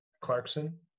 Clarkson